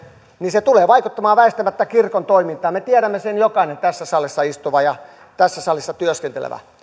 niin se tulee vaikuttamaan väistämättä kirkon toimintaan me tiedämme sen jokainen tässä salissa istuva ja tässä salissa työskentelevä